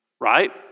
right